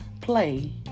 play